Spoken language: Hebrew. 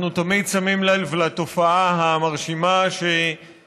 אנחנו תמיד שמים לב לתופעה המרשימה ששרים